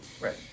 Right